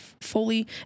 fully